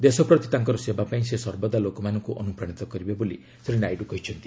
ଦେଶପ୍ରତି ତାଙ୍କର ସେବା ପାଇଁ ସେ ସର୍ବଦା ଲୋକମାନଙ୍କୁ ଅନୁପ୍ରାଣିତ କରିବେ ବୋଲି ଶ୍ରୀ ନାଇଡୁ କହିଛନ୍ତି